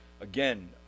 again